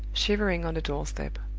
shivering on a doorstep.